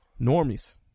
Normies